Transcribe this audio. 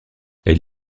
elle